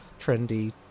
trendy